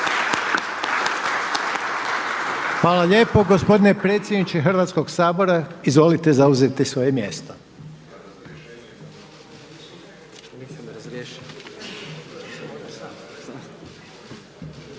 Hvala lijepo. Gospodine predsjedniče Hrvatskog sabora, izvolite zauzeti svoje mjesto.